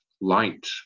light